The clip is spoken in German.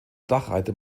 dachreiter